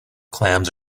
clams